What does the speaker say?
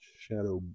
shadow